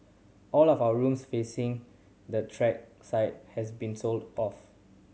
all of our rooms facing the track side has been sold out